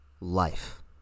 life